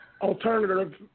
alternative